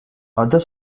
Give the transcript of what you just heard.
other